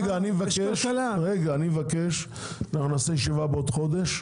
אנחנו נעשה ישיבה בעוד חודש.